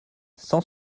cent